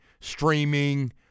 streaming